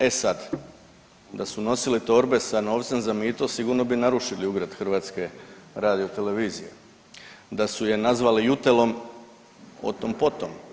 E sad, da su nosili torbe sa novcem za mito, sigurno bi narušili ugled HRT-a, da su je nazvali Yutelom, o tom-potom.